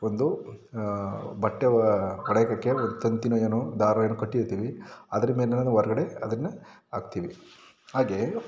ಒಂದು ಬಟ್ಟೆವ ಕಡೆಗಕೆ ಒಂದು ತಂತಿಯೋ ಏನೋ ದಾರ ಏನೋ ಕಟ್ಟಿರ್ತೀವಿ ಅದರ ಮೇಲೆ ನಾನು ಹೊರಗಡೆ ಅದನ್ನು ಆಗ್ತೀವಿ ಹಾಗೆ